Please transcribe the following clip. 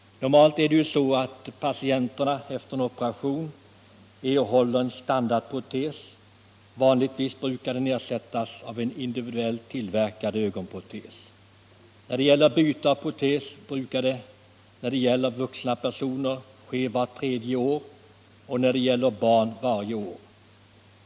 Normalt är det ju så att patienter efter operation erhåller en standardprotes. Vanligen brukar den sedan ersättas av en individuellt tillverkad ögonprotes. Byte av protes brukar när det gäller vuxna personer ske vart tredje år och när det gäller barn varje år.